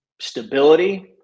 stability